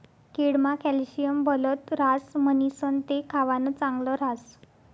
केळमा कॅल्शियम भलत ह्रास म्हणीसण ते खावानं चांगल ह्रास